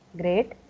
Great